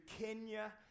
Kenya